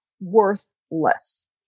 Worthless